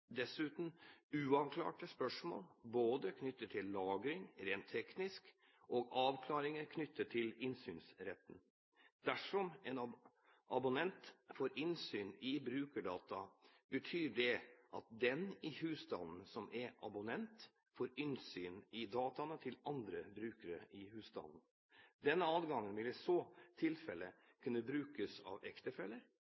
dessuten uavklarte spørsmål både knyttet til lagring – rent teknisk – og avklaringer knyttet til innsynsretten. Dersom en abonnent får innsyn i brukerdata, betyr det at den i husstanden som er abonnent, får innsyn i dataene til andre brukere i husstanden. Denne adgangen ville i så tilfelle